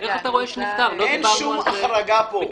שום החרגה.